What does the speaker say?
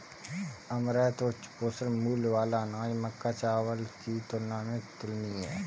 amaranth उच्च पोषण मूल्य वाला अनाज मक्का और चावल की तुलना में तुलनीय है